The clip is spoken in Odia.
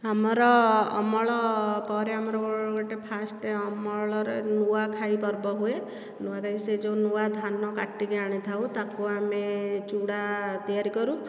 ଆମର ଅମଳ ପରେ ଆମର ଗୋଟିଏ ଫାଷ୍ଟ ଅମଳର ନୂଆଖାଇ ପର୍ବ ହୁଏ ନୂଆଖାଇ ସେ ଯେଉଁ ନୂଆ ଧାନ କାଟିକି ଆଣିଥାଉ ତାକୁ ଆମେ ଚୂଡ଼ା ତିଆରି କରୁ